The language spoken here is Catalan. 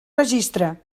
registre